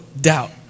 doubt